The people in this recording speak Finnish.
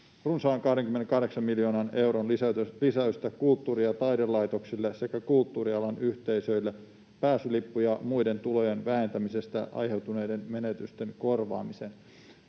runsaan 28 miljoonan euron lisäystä kulttuuri- ja taidelaitoksille sekä kulttuurialan yhteisöille pääsylippu- ja muiden tulojen vähentymisestä aiheutuneiden menetysten korvaamiseen.